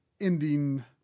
ending